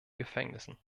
gefängnissen